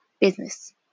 business